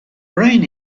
brain